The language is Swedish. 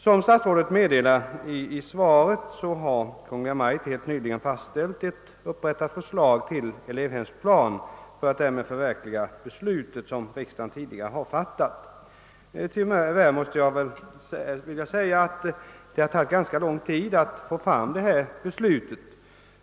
Som statsrådet meddelade i svaret har Kungl. Maj:t helt nyligen fastställt ett upprättat förslag om elevhemsplan för att därmed förverkliga det beslut, som riksdagen tidigare har fattat. Tyvärr måste jag säga, att det tagit ganska lång tid att få fram detta beslut.